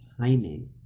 timing